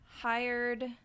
hired